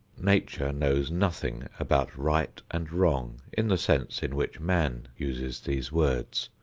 nature knows nothing about right and wrong in the sense in which man uses these words.